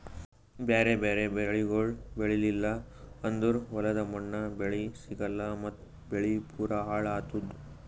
ಬ್ಯಾರೆ ಬ್ಯಾರೆ ಬೆಳಿಗೊಳ್ ಬೆಳೀಲಿಲ್ಲ ಅಂದುರ್ ಹೊಲದ ಮಣ್ಣ, ಬೆಳಿ ಸಿಗಲ್ಲಾ ಮತ್ತ್ ಬೆಳಿ ಪೂರಾ ಹಾಳ್ ಆತ್ತುದ್